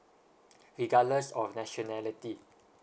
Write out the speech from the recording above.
regardless of nationality